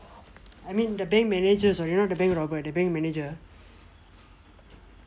I mean the bank managers sorry not the bank robber the bank manager